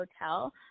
Hotel